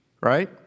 right